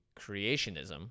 creationism